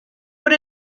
por